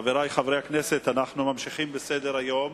חברי חברי הכנסת, אנחנו ממשיכים בסדר-היום: